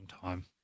time